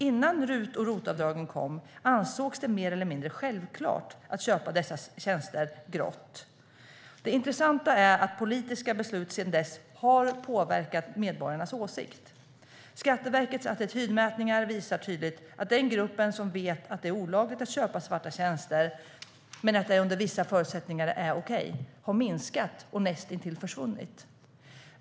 Innan RUT och ROT-avdragen infördes ansågs det mer eller mindre självklart att köpa dessa tjänster "grått". Det intressanta är att politiska beslut sedan dess har påverkat medborgarnas åsikt. Skatteverkets attitydmätningar visar tydligt att den grupp som vet att det är olagligt att köpa svarta tjänster, men anser att det under vissa förutsättningar är okej, har minskat och näst intill försvunnit.